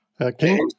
Okay